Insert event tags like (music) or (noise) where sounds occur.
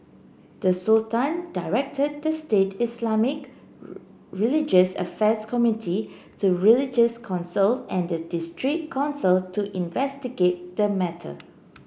the Sultan directed the state Islamic (unintelligible) religious affairs committee to religious council and the district council to investigate the matter